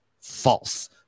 false